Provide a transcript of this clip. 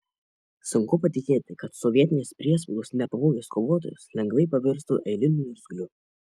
sunku patikėti kad sovietinės priespaudos nepabūgęs kovotojas lengvai pavirstų eiliniu niurgzliu